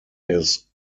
his